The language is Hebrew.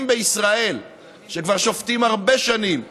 בישראל שכבר שופטים הרבה שנים שאומרים: